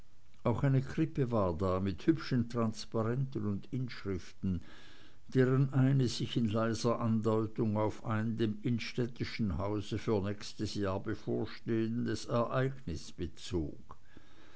auch eine krippe war da mit hübschen transparenten und inschriften deren eine sich in leiser andeutung auf ein dem innstettenschen hause für nächstes jahr bevorstehendes ereignis bezog